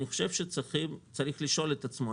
אני חושב שצריך לשאול את עצמו.